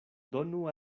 donu